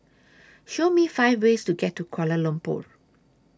Show Me five ways to get to Kuala Lumpur